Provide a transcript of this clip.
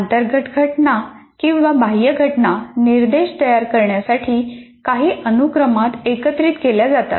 अंतर्गत घटना आणि बाह्य घटना निर्देश तयार करण्यासाठी काही अनुक्रमात एकत्रित केल्या जातात